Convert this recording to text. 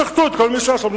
שחטו את כל מי שהיה שם.